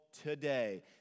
today